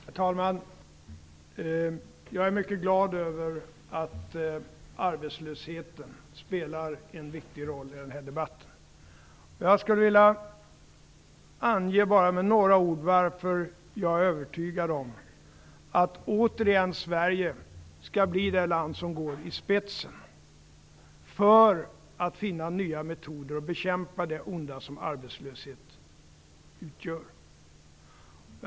Herr talman! Jag är mycket glad över att arbetslösheten spelar en viktig roll i den här debatten och skulle bara med några ord vilja ange varför jag är övertygad om att Sverige återigen kommer att bli det land som går i spetsen för att finna nya metoder och bekämpa det onda som arbetslösheten utgör.